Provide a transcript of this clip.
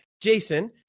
Jason